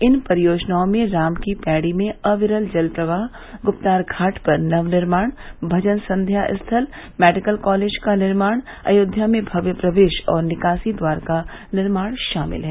इन परियोजनाओं में राम की पैड़ी में अविरल जल प्रवाह गुप्तार घाट पर नवनिर्माण भजन संध्या स्थल मेडिकल कॉलेज का निर्माण अयोध्या में भव्य प्रवेश और निकासी द्वार का निर्माण शामिल हैं